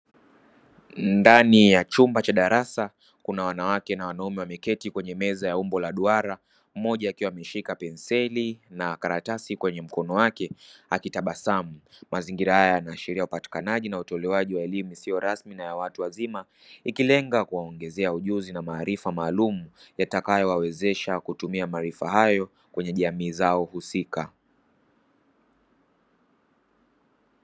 Ndani ya chumba cha darasa kuna wanawake na wanaume wameketi kwenye meza ya umbo la duara mmoja akiwa ameshika penseli na karatasi kwenye mkono wake akitabasamu. Mazingira haya yanaashiria upatikanaji na utolewaji wa elimu isiyo rasmi na ya watu wazima ikilenga kuwaongezea ujuzi na maarifa maalumu yatakayowawezesha kutumia maarifa hayo kwenye jamii zao husika.